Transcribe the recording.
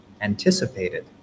anticipated